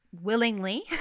willingly